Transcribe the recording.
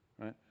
right